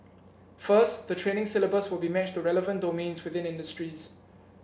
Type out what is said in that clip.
first the training syllabus will be matched to relevant domains within industries